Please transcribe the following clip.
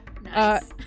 Nice